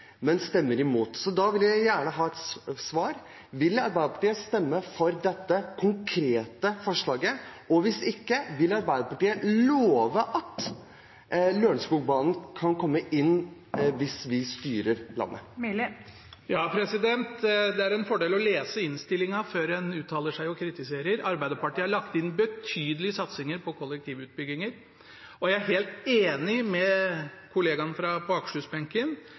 men stemmer imot. Da vil jeg gjerne ha et svar: Vil Arbeiderpartiet stemme for dette konkrete forslaget? Og hvis ikke: Vil Arbeiderpartiet love at Lørenskogbanen kan komme inn hvis vi skal styre landet? Det er en fordel å lese innstillingen før en uttaler seg og kritiserer. Arbeiderpartiet har lagt inn betydelige satsinger på kollektivutbygginger. Jeg er helt enig med kollegaen min på